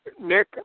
Nick